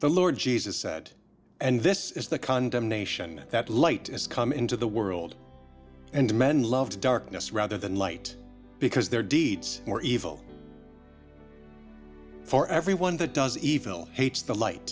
the lord jesus said and this is the condemnation that light is come into the world and men loved darkness rather than light because their deeds were evil for every one that does evil hates the light